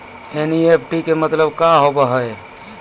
NEFT के मतलब का होव हेय?